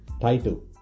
title